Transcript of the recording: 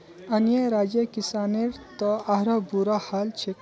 अन्य राज्यर किसानेर त आरोह बुरा हाल छेक